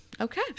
Okay